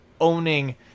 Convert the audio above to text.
owning